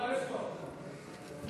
אללה יוסתור.